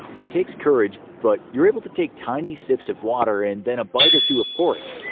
it takes courage, but you're able to take tiny sips of water, and then a bite or two of porridge.